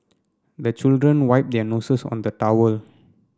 the children wipe their noses on the towel